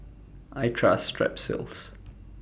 I Trust Strepsils